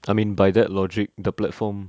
I mean by that logic the platform